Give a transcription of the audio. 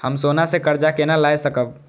हम सोना से कर्जा केना लाय सकब?